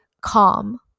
calm